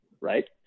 right